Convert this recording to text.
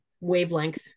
wavelength